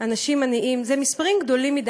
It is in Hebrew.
אנשים עניים הם מספרים גדולים מדי.